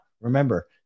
remember